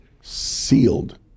sealed